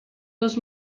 dos